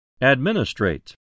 Administrate